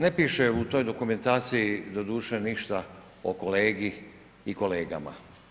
Ne piše u toj dokumentaciji doduše ništa o kolegi i kolegama.